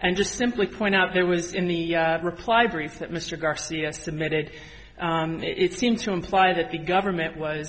and just simply point out there was in the reply brief that mr garcia submitted it seemed to imply that the government was